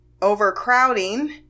overcrowding